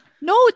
no